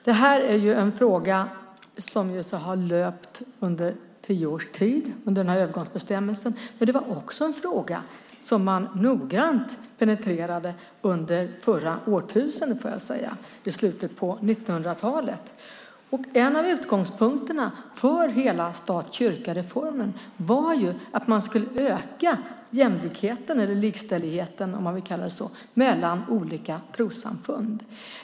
Det här är en fråga som har löpt under tio års tid under den här övergångsbestämmelsen, men det var också en fråga som man noggrant penetrerade under förra årtusendet, i slutet av 1900-talet. En av utgångspunkterna för hela stat-kyrka-reformen var att man skulle öka jämlikheten, eller likställigheten om man vill kalla det så, mellan olika trossamfund.